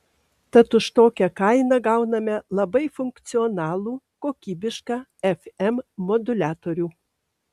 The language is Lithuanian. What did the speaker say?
tad už tokią kainą gauname labai funkcionalų kokybišką fm moduliatorių